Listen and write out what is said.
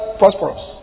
prosperous